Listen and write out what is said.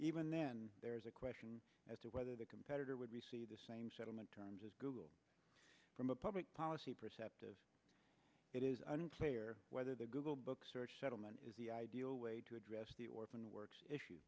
even then there is a question as to whether the competitor would receive the same settlement terms as google from a public policy perceptive it is unclear whether the google book search settlement is the ideal way to address the orphan works issue